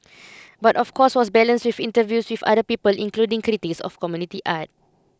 but of course was balanced with interviews with other people including critics of community art